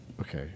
Okay